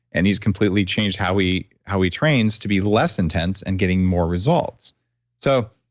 and he's completely changed how we how we train is to be less intense and getting more results so,